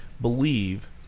believe